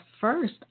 first